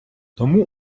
тому